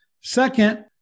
Second